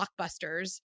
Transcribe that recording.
blockbusters